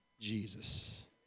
Jesus